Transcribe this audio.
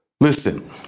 listen